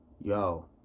Yo